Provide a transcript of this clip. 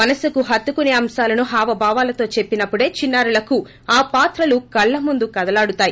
మనస్పుకు హత్తుకునే అంశాలను హావభావాలతో చెప్పినపుడే చిన్నారులకు ఆ పాత్రలు కళ్ల ము ందుకదలాడుతాయి